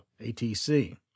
ATC